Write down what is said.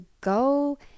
go